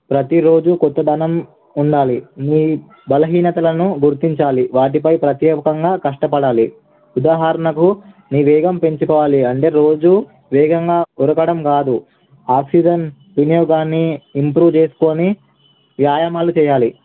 ప్రతిరోజు కొత్తదనం ఉండాలి నీ బలహీనతలను గుర్తించాలి వాటిపై ప్రత్యేకంగా కష్టపడాలి ఉదాహరణకు నీ వేగం పెంచుకోవాలి అంటే రోజు వేగంగా ఉరకడం కాదు ఆక్సిజన్ వినియోగాన్ని ఇంప్రూవ్ చేసుకుని వ్యాయామాలు చేయాలి